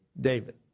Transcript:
David